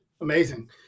Amazing